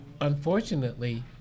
unfortunately